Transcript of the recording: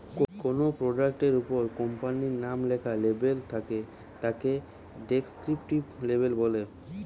কোনো প্রোডাক্ট এর উপর কোম্পানির নাম লেখা লেবেল থাকে তাকে ডেস্ক্রিপটিভ লেবেল বলে